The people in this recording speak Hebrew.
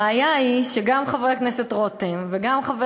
הבעיה היא שגם חבר הכנסת רותם וגם חבר